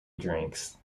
drinks